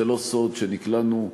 זה לא סוד שנקלענו,